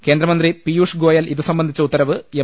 കേന്ദ്രമന്ത്രി പിയൂഷ് ഗോയൽ ഇതുസംബന്ധിച്ച ഉത്തരവ് എം